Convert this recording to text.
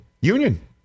Union